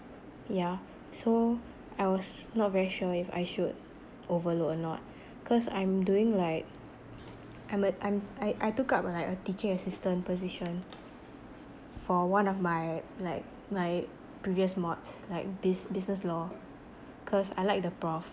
yeah so I was not very sure if I should overload or not cause I'm doing like I'm a I'm I I took up like a teaching assistant position for one of my like my previous mods like bus~ business law cause I like the prof